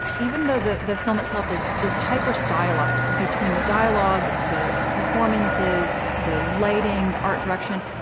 even though the the film itself is is hyper stylized between the dialogue, the performances, the lighting, the art direction,